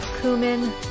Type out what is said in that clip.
cumin